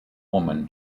woman